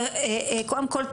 וקודם כל,